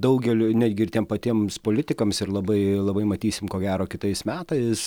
daugeliui netgi ir tiem patiems politikams ir labai labai matysim ko gero kitais metais